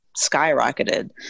skyrocketed